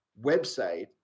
website